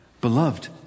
Beloved